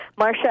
Marsha